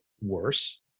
worse